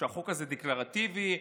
שהחוק הזה דקלרטיבי,